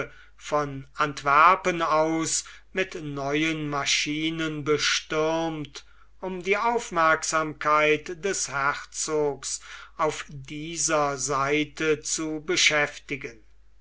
von antwerpen aus mit neuen maschinen bestürmt um die aufmerksamkeit des herzogs auf dieser seite zu beschäftigen